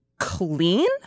Clean